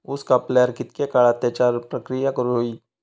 ऊस कापल्यार कितके काळात त्याच्यार प्रक्रिया करू होई?